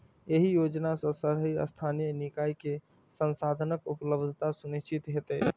एहि योजना सं शहरी स्थानीय निकाय कें संसाधनक उपलब्धता सुनिश्चित हेतै